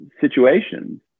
situations